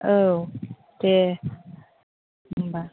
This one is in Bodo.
औ दे होनबा